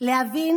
להבין